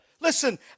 listen